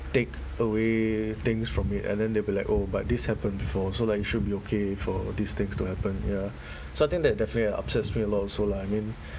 take away things from it and then they'll be like oh but this happened before so like it should be okay for these things to happen ya something that definitely upsets me a lot of so lah I mean